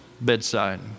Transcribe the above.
bedside